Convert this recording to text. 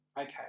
Okay